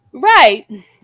Right